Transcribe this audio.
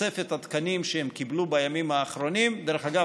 שתוספת התקנים שהם קיבלו בימים האחרונים דרך אגב,